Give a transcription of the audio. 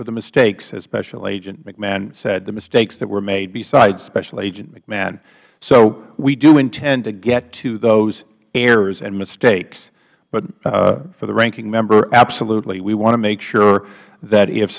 for the mistakes as special agent mcmahon said the mistakes that were made besides special agent mcmahon so we do intend to get to those errors and mistakes but for the ranking member absolutely we want to make sure that if